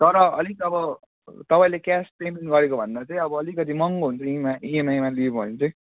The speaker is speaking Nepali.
तर अलिक अब तपाईँले क्यास पेमेन्ट गरेको भन्दा चाहिँ अब अलिकति महँगो हुन्छ इएमआई इएमआईमा लियो भने चाहिँ